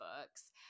books